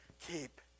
keep